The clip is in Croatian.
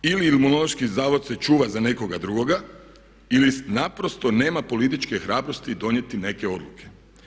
Ili Imunološki zavod se čuva za nekoga drugoga ili naprosto nema političke hrabrosti donijeti neke odluke.